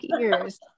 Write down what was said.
ears